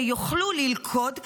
שיוכלו ללכוד כלבים,